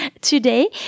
today